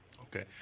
Okay